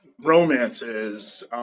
romances